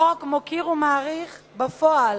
החוק מוקיר ומעריך בפועל,